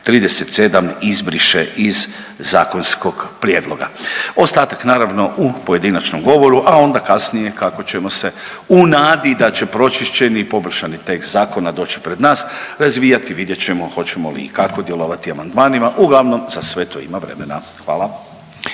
37. izbriše iz zakonskog prijedloga. Ostatak naravno u pojedinačnom govoru, a onda kasnije kako ćemo se u nadi da će pročišćeni i poboljšani tekst zakona doći pred nas razvijati vidjet ćemo hoćemo li i kako djelovati amandmanima, uglavnom za sve to ima vremena. Hvala.